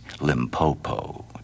limpopo